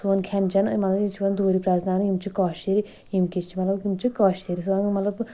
سون کھٮ۪ن چٮ۪ن مطلب یہِ چھُ یِوان دوٗری پرزناونہِ یِم چھِ کٲشِر یِم کِس چھ مطلب یِم چھ کٲشِر مطلب